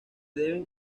deben